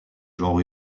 genre